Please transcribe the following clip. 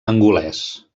angolès